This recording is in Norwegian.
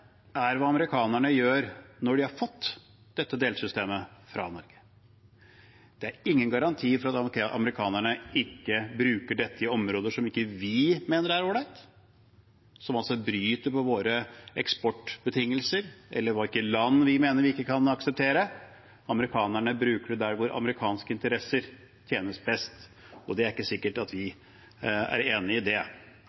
er hva amerikanerne gjør når de har fått dette delsystemet fra Norge. Det er ingen garanti for at amerikanerne ikke bruker dette i områder som vi ikke mener er all right, som bryter med våre eksportbetingelser, eller går til land vi mener vi ikke kan akseptere. Amerikanerne bruker det der hvor amerikanske interesser tjenes best, og det er ikke sikkert at vi